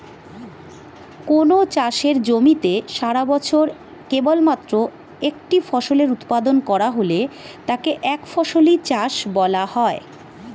কোনও চাষের জমিতে সারাবছরে কেবলমাত্র একটি ফসলের উৎপাদন করা হলে তাকে একফসলি চাষ বলা হয়